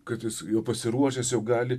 kad jis jau pasiruošęs jau gali